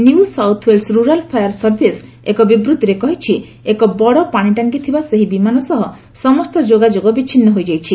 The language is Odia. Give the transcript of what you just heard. new South Wales Rural Fire Service ଏକ ବିବୃଭିରେ କହିଛି ଏକ ବଡ଼ ପାଣିଟାଙ୍କି ଥିବା ସେହି ବିମାନ ସହ ସମସ୍ତ ଯୋଗାଯୋଗ ବିଚ୍ଛିନ୍ନ ହୋଇଯାଇଛି